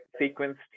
sequenced